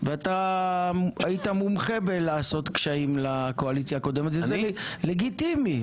ואתה היית מומחה בעשיית קשיים לקואליציה הקודמת וזה לגיטימי.